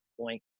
point